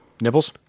Nipples